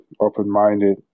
open-minded